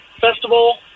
festival